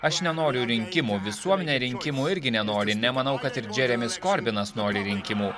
aš nenoriu rinkimų visuomenė rinkimų irgi nenori nemanau kad ir džeremis korbinas nori rinkimų